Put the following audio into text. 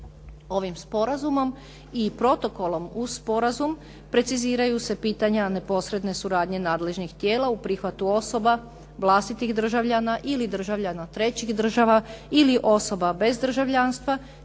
Ovim sporazumom i protokolom uz sporazum preciziraju se pitanja neposredne suradnje nadležnih tijela u prihvatu osoba, vlastitih državljana ili državljana trećih država ili osoba bez državljanstva